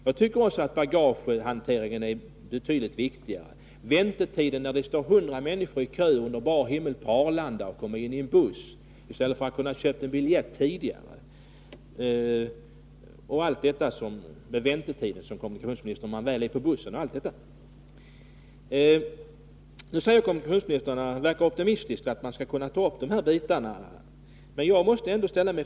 Jag tycker också att bagagehanteringen är betydligt viktigare, liksom väntetiden när det står 100 människor i kö under bar himmel på Arlanda för att komma in i en buss, i stället för att kunna köpa biljett i förväg, väntetiden när man väl är inne i bussen och allt sådant, som kommunikationsministern framhöll. Kommunikationsministern verkar optimistisk och säger att man skall kunna ta upp de här bitarna. Men det pågår ju diskussioner.